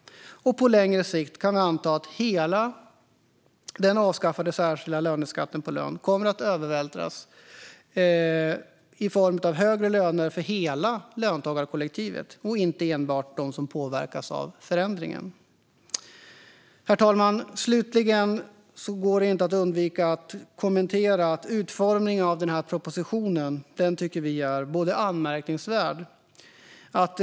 Och på längre sikt kan vi anta att hela den avskaffade särskilda löneskatten i form av högre löner kommer att övervältras på hela löntagarkollektivet och inte enbart på dem som påverkas av förändringen. Herr talman! Slutligen går det inte att undvika att kommentera att utformningen av denna proposition är anmärkningsvärd.